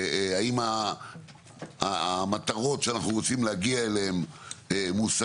האם המטרות שאנחנו רוצים להגיע אליהן מושגות,